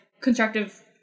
constructive